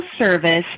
service